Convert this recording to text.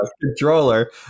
controller